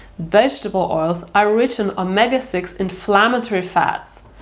vegetable oils are rich in omega six inflammatory fats.